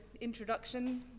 introduction